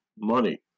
money